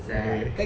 okay